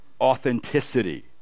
authenticity